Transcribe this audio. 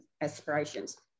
aspirations